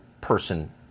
person